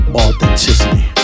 authenticity